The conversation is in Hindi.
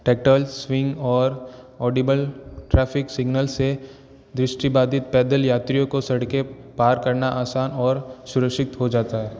टैक्टाइल स्विंग और ऑडिबल ट्रैफ़िक सिगनल से दृष्टि बाधित पैदल यात्रियों को सड़कें पार करना आसान और सुरक्षित हो जाता है